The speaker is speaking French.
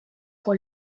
pour